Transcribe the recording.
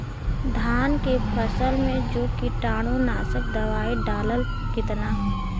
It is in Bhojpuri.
धान के फसल मे जो कीटानु नाशक दवाई डालब कितना?